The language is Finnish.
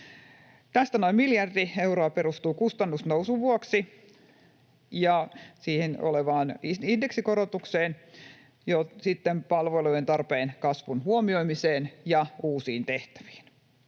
Tästä noin miljardi euroa perustuu kustannusnousun vuoksi siihen olevaan indeksikorotukseen ja sitten palvelujen tarpeen kasvun huomioimiseen ja uusiin tehtäviin.